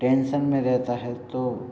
tension में रहता है तो